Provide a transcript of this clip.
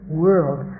world